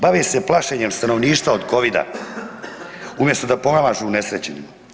Bave se plašenjem stanovništva od covida umjesto da pomažu unesrećenima.